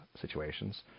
situations